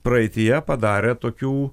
praeityje padarę tokių